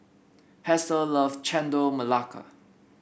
Hester loves Chendol Melaka